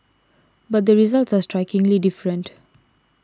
but the results are strikingly different